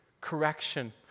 correction